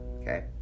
Okay